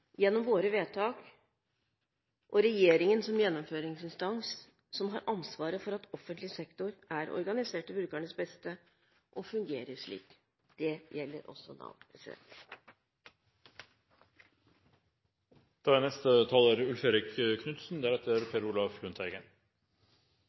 gjennom våre vedtak, og regjeringen, som gjennomføringsinstans, som har ansvaret for at offentlig sektor er organisert til brukernes beste og fungerer slik. Det gjelder også